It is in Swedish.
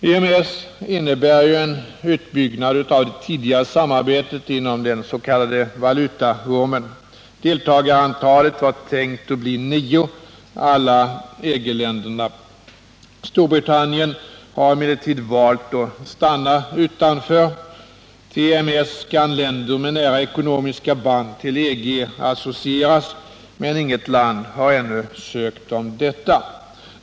EMS innebär en utbyggnad av det tidigare samarbetet inom den s.k. valutaormen. Deltagarantalet var tänkt att bli nio, alla EG-länderna. Storbritannien har emellertid valt att stanna utanför. I EMS kan länder med nära ekonomiska band till EG associeras, men inget land har ännu ansökt om detta.